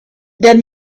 then